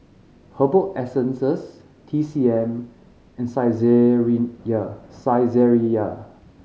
Herbal Essences T C M and Saizeriya Saizeriya